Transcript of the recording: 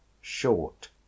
Short